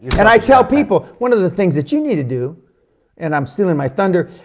and i tell people, one of the things that you need to do and i'm stealing my thunder,